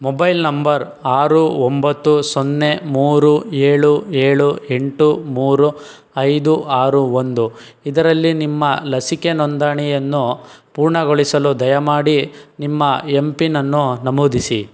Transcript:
mobile number ಆರು ಒಂಬತ್ತು ಸೊನ್ನೆ ಮೂರು ಏಳು ಏಳು ಎಂಟು ಮೂರು ಐದು ಆರು ಒಂದು ಇದರಲ್ಲಿ ನಿಮ್ಮ ಲಸಿಕೆ ನೋಂದಣಿಯನ್ನು ಪೂರ್ಣಗೊಳಿಸಲು ದಯಮಾಡಿ ನಿಮ್ಮ ಎಂ ಪಿನ್ನನ್ನು ನಮೂದಿಸಿ